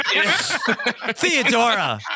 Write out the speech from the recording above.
Theodora